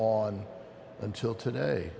on until today